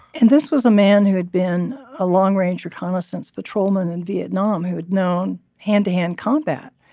and this was a man who had been a long range reconnaissance patrolman in vietnam who had known hand-to-hand combat.